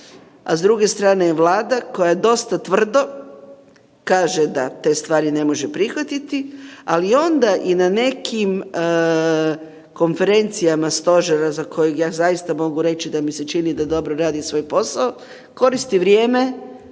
a s druge strane je Vlada koja dosta tvrdo kaže da te stvari ne može prihvatiti, ali onda i na nekim konferencijama stožera za kojeg ja zaista mogu reći da mi se čini da dobro radi svoj posao, koristi vrijeme